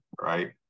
Right